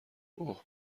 اوه